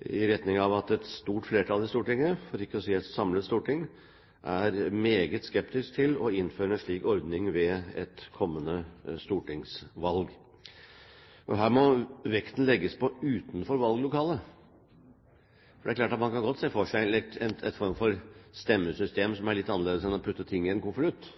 i retning av at et stort flertall i Stortinget, for ikke å si et samlet storting, er meget skeptisk til å innføre en slik ordning ved et kommende stortingsvalg. Her må vekten legges på «utenfor valglokale». Det er klart man godt kan se for seg en form for stemmesystem som er litt annerledes enn å putte ting i en konvolutt.